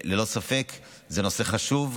ללא ספק זה נושא חשוב,